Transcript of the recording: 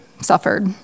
suffered